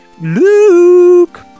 Luke